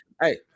hey